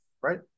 right